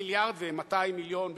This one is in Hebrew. מיליארד ו-200 מיליון בערך,